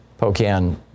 Pocan